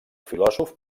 filòsof